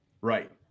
Right